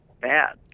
bad